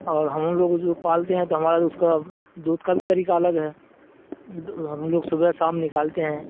اور ہم لوگ اس پالتے ہیں تو ہمارا اس کا دودھ کا بھی طریقہ الگ ہے ہم لوگ صبح سام نکالتے ہیں